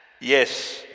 Yes